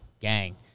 gang